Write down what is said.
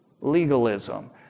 legalism